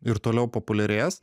ir toliau populiarės